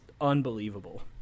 unbelievable